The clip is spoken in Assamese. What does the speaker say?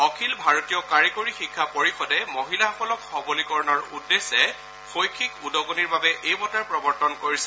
অখিল ভাৰতীয় কাৰিকৰী শিক্ষা পৰিষদে মহিলাসকলক সবলীকৰণৰ উদ্দেশ্যে শৈক্ষিক উদগনিৰ বাবে এই বঁটাৰ প্ৰৱৰ্তন কৰিছে